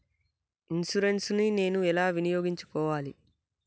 Insurance ని నేను ఎలా వినియోగించుకోవాలి?